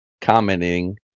commenting